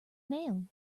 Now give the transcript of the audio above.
nail